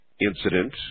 incident